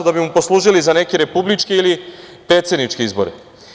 Da bi mu poslužile za neke republičke ili predsedničke izbore.